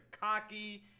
cocky